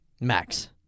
Max